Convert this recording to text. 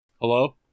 Hello